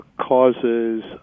causes